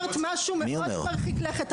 את אמרת משהו מאוד מרחיק לכת,